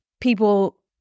People